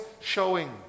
showing